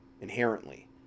inherently